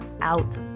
out